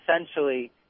essentially